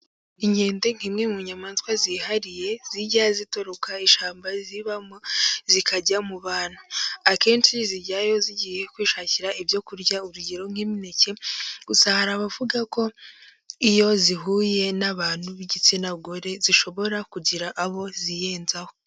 Inkende nk'imwe mu nyamaswa zihariye, zijya zitoroka ishyamba zibamo zikajya mu bantu, akenshi zijyayo zigiye kwishakira ibyo kurya urugero nk'imineke, gusa hari abavuga ko iyo zihuye n'abantu b'igitsina gore zishobora kugira abo ziyenzaho.